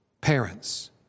Parents